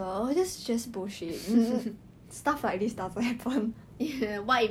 the rich family always 不支持